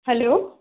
hello